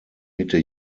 mitte